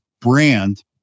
brand